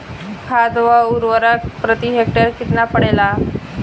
खाध व उर्वरक प्रति हेक्टेयर केतना पड़ेला?